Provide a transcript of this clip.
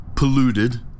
polluted